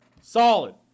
Solid